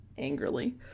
angrily